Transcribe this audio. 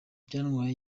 byantwaye